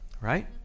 right